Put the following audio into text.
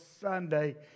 Sunday